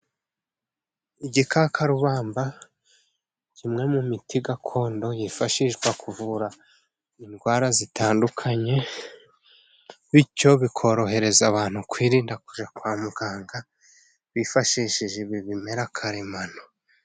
Igikakarubamba, kimwe mu miti gakondo yifashishwa kuvura indwara zitandukanye, bityo bikorohereza abantu kwirinda kujya kwa muganga, bifashishije ibi bimera karemano.